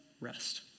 rest